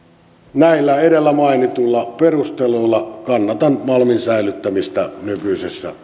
näillä edellä mainituilla perusteluilla kannatan malmin säilyttämistä nykyisessä